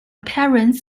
parents